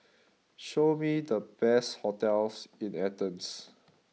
show me the best hotels in Athens